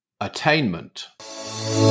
attainment